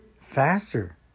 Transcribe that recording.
faster